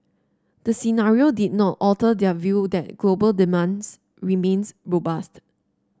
the scenario did not alter their view that global demands remains robust